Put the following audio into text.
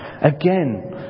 Again